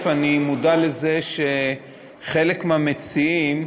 אני מודע לזה שחלק מהמציעים,